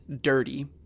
dirty